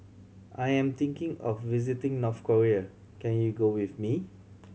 I am thinking of visiting North Korea can you go with me